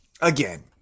again